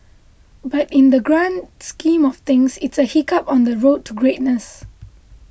but in the grand scheme of things it's a hiccup on the road to greatness